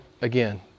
again